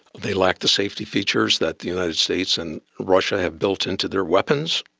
they lack the safety features that the united states and russia have built into their weapons.